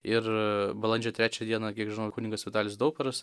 ir balandžio trečią dieną kiek žinau ir kunigas vitalijus dauparas